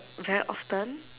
very often